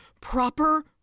proper